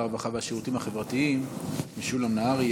הרווחה והשירותים החברתיים משולם נהרי,